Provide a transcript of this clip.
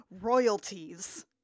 royalties